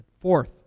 Fourth